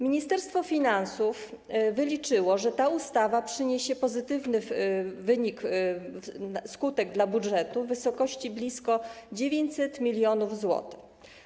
Ministerstwo Finansów wyliczyło, że ta ustawa przyniesie pozytywny wynik, skutek dla budżetu w wysokości blisko 900 mln zł.